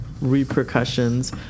repercussions